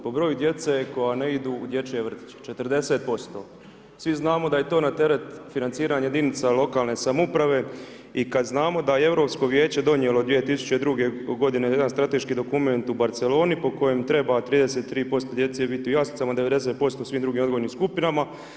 Po broju djece koja ne idu u dječje vrtiće, 40%, svi znamo da je to na teret financiranja jedinica lokalne samouprave i kada znamo da je Europsko vijeće donijelo 2002. g. jedan strateški dokument u Barceloni po kojem treba 33% djece biti u jaslicama, 90% u svim drugim odgojnim skupinama.